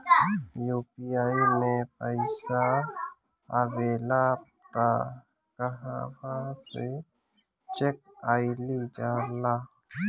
UPI मे पइसा आबेला त कहवा से चेक कईल जाला?